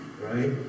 Right